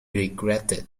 regretted